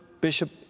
Bishop